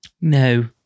No